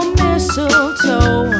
mistletoe